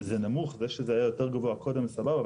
זה נמוך וזה שזה היה יותר גבוה קודם זה סבבה,